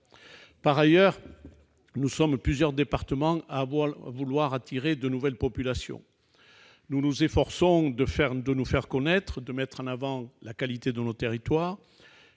Par ailleurs, nous sommes plusieurs départements à vouloir attirer de nouvelles populations. Nous nous efforçons de nous faire connaître, de mettre en avant les qualités de nos territoires.